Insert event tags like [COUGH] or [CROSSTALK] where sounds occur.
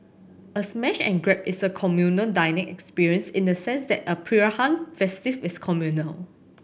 a smash and grab is a communal dining experience in the sense that a [UNINTELLIGIBLE] feast is communal